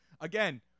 again